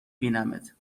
بینمت